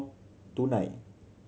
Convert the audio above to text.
two nine